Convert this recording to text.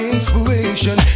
inspiration